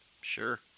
Sure